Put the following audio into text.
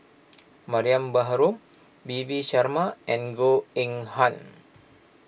Mariam Baharom P V Sharma and Goh Eng Han